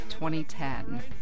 2010